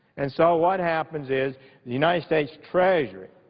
and so what happens is the united states treasury,